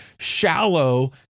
shallow